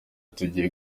tugiye